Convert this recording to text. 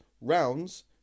Rounds